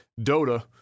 dota